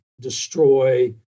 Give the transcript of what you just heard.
destroy